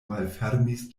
malfermis